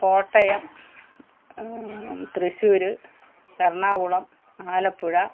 Kottayam Thrissur Ernakulam Alappuzha